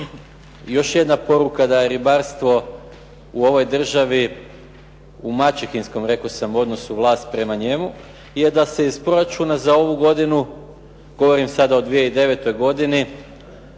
još jedna poruka da je ribarstvo u ovoj državi u maćehinskom rekao sam odnosu vlast prema njemu, je da se iz proračuna za ovu godinu, govorim sada o 2009. godini,